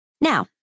Now